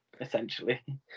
essentially